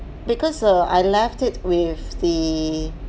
because err I left it with the